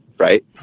right